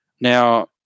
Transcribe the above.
Now